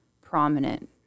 prominent